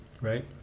right